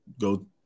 go